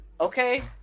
okay